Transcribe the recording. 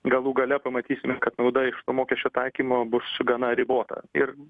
galų gale pamatysim kad nauda iš to mokesčio taikymo bus gana ribota ir